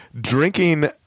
Drinking